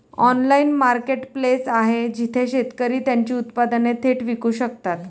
Online marketplace आहे जिथे शेतकरी त्यांची उत्पादने थेट विकू शकतात?